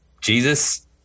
Jesus